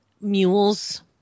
mules